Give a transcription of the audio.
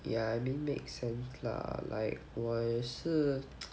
yeah I mean make sense lah like 我也是